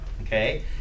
okay